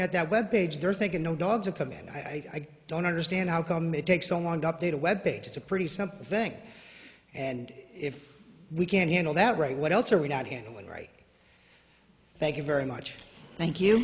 at that web page they're thinking no dogs are coming and i don't understand how come it takes so long to update a web page it's a pretty simple thing and if we can't handle that right what else are we not handling right thank you very much thank you